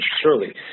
surely